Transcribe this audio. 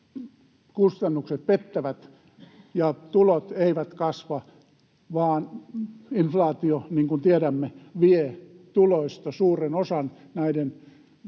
lainanhoitokustannukset pettävät ja tulot eivät kasva, vaan inflaatio, niin kuin tiedämme, vie tuloista suuren osan näiden